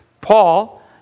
Paul